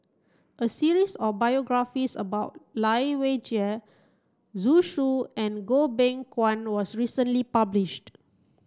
a series of biographies about Lai Weijie Zhu Xu and Goh Beng Kwan was recently published